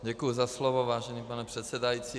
Děkuji za slovo, vážený pane předsedající.